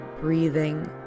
breathing